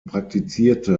praktizierte